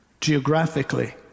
geographically